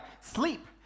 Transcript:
sleep